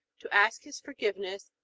to ask his forgiveness,